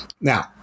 Now